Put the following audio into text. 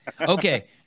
okay